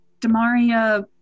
DeMaria